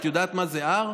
את יודעת מה זה R?